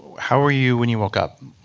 how were you when you woke up?